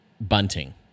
bunting